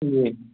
जी